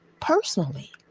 personally